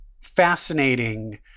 fascinating